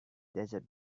desert